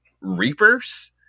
reapers